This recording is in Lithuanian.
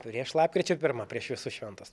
prieš lapkričio pirmą prieš visus šventus